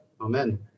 amen